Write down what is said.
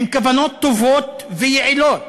עם כוונות טובות ויעילות